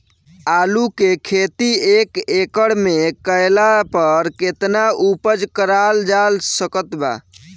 आलू के खेती एक एकड़ मे कैला पर केतना उपज कराल जा सकत बा?